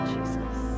Jesus